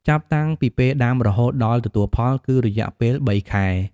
ចាប់តាំងពីពេលដាំរហូតដល់ទទួលផល គឺរយៈពេល៣ខែ ។